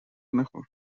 نخور